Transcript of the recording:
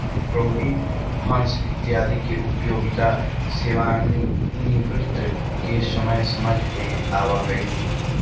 provident fund इत्यादि के उपयोगिता सेवानिवृत्ति के समय समझ में आवऽ हई